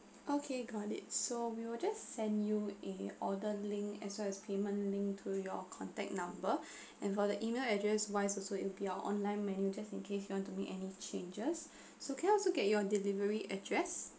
okay got it so we will just send you a order link as well as payment link to your contact number and for the email address wise also it'll be our online menu just in case you want to make any changes so can I also get your delivery address